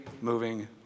moving